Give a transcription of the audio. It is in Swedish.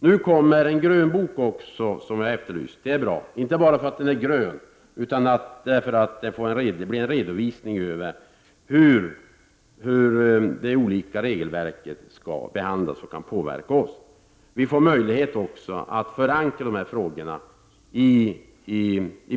Nu kommer en grön bok vilket jag efterlyst. Det är bra — inte bara därför att den är grön utan därför att den ger en redovisning av hur de olika regelverken skall behandlas och hur de kan påverka oss. Vi får också möjlighet att i brett samförstånd förankra dessa frågor.